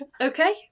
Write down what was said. okay